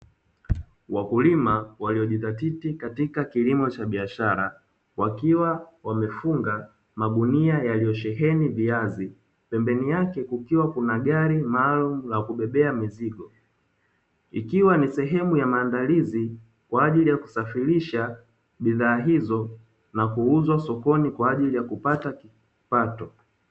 Wakulima waliojizatiti katika kilimo cha biashara, wakiwa wamefunga magunia yaliyosheheni viazi, pembeni yake kukiwa kuna gari maalumu la kubebea mizigo. Ikiwa ni sehemu ya maandalizi kwa ajili ya kusafirisha bidhaa hizo na kuuzwa sokoni kwa ajili ya kupata kipato.